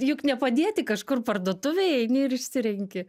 juk ne padėti kažkur parduotuvėj eini ir išsirenki